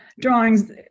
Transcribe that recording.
drawings